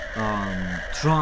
Trump